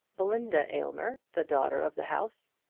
belinda aylmer, the daughter of the house,